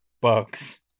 bugs